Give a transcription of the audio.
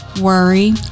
worry